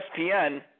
ESPN